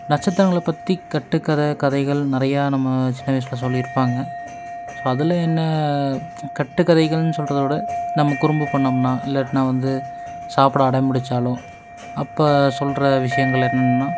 நட்சத்திரங்களை பற்றி கட்டுக் கதை கதைகள் நிறையா நம்ம சின்ன வயதில் சொல்லியிருப்பாங்க ஸோ அதில் என்ன கட்டுக்கதைகள்னு சொல்லுறதவிட நம்ம குறும்பு பண்ணோம்னால் இல்லாட்டினா வந்து சாப்பிட அடம்பிடிச்சாலோ அப்போ சொல்லுற விஷயங்கள் என்னென்னால்